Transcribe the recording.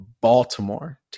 Baltimore